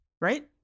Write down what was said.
Right